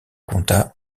compta